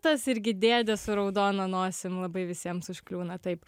tas irgi dėdė su raudona nosim labai visiems užkliūna taip